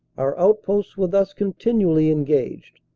our outposts were thus continually en gaged.